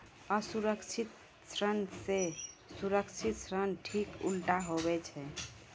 असुरक्षित ऋण से सुरक्षित ऋण ठीक उल्टा हुवै छै